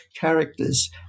characters